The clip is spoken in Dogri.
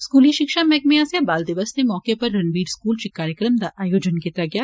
स्कूली शिक्षा मैहकमें आस्सेया बाल दिवस दे मौके उप्पर रणवीर स्कूल इच इक कार्यक्रम दा आयोजन कीत्ता गेया